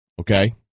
okay